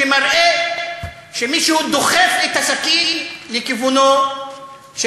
שמראה שמישהו דוחף את הסכין לכיוונו של